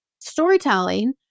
storytelling